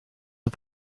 aux